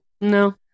No